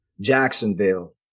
Jacksonville